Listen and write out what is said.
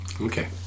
Okay